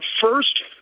first